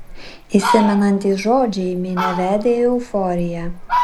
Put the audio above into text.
įsimenantys žodžiai minią vedė į euforiją